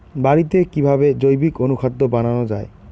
বাড়িতে কিভাবে জৈবিক অনুখাদ্য বানানো যায়?